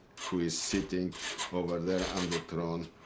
who is sitting over there on the throne.